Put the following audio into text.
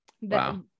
Wow